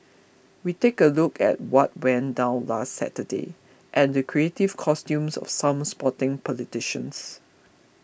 we take a look at what went down last Saturday and the creative costumes of some sporting politicians